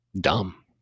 dumb